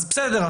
אז בסדר,